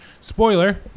Spoiler